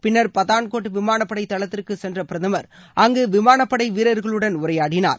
பின்னர் பதான்கோட் விமானப்படை தளத்திற்கு சென்ற பிரதமர் அங்கு விமானப்படை வீரர்களுடன் உரையாடினார்